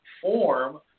form